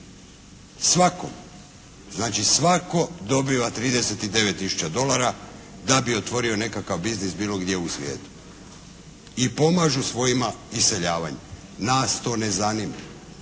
svako dobiva 39 tisuća dolara da bi otvorio nekakav biznis bilo gdje u svijetu. I pomažu svojima u iseljavanju. Nas to ne zanima.